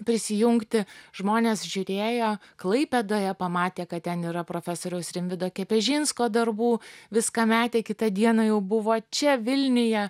prisijungti žmonės žiūrėjo klaipėdoje pamatė kad ten yra profesoriaus rimvydo kepežinsko darbų viską metė kitą dieną jau buvo čia vilniuje